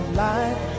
light